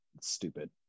stupid